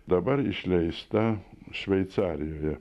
dabar išleista šveicarijoje